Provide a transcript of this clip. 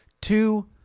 two